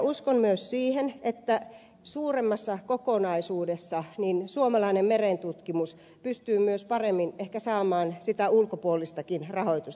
uskon myös siihen että suuremmassa kokonaisuudessa suomalainen merentutkimus pystyy myös paremmin ehkä saamaan sitä ulkopuolistakin rahoitusta